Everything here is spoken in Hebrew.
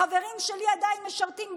החברים שלי עדיין משרתים בכלא,